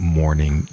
morning